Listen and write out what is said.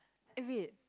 eh wait